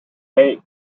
hey